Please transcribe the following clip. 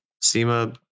SEMA